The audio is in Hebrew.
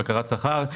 בקרת שכר,